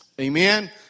Amen